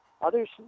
Others